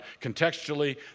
contextually